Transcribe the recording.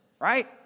Right